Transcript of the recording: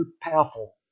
powerful